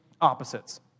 opposites